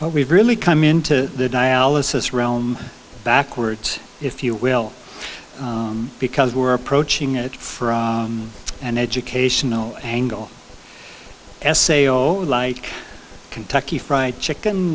but we've really come in to dialysis realm backwards if you will because we're approaching it from an educational angle as say oh like kentucky fried chicken